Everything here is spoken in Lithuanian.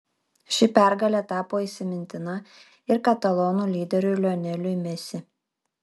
ši pergalė tapo įsimintina ir katalonų lyderiui lioneliui messi